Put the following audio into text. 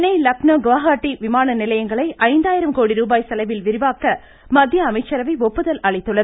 சென்னை லக்னோ குவஹாட்டி விமான நிலையங்களை ஐந்தாயிரம் கோடி ரூபாய் செலவில் விரிவாக்க மத்திய அமைச்சரவை ஒப்புதல் அளித்துள்ளது